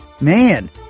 Man